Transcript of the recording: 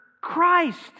Christ